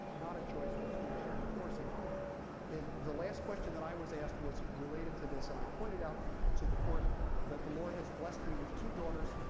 not a choice that schools should be forcing on them. the last question that i was asked was related to this. and i pointed out to the court that the lord has blessed me with two daughters.